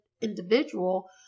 individual